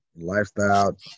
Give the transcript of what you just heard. Lifestyle